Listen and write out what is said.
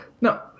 No